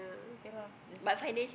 okay lor this one